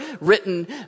written